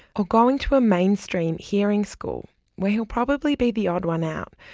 or going to a mainstream, hearing school where he'll probably be the odd one out,